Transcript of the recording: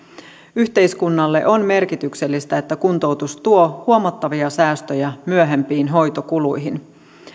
yhteiskunnalle on merkityksellistä että kuntoutus tuo huomattavia säästöjä myöhempiin hoitokuluihin